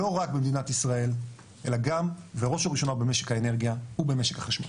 לא רק במדינת ישראל אלא גם ובראש ובראשונה במשק האנרגיה ובמשק החשמל.